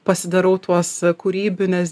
pasidarau tuos kūrybines